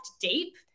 deep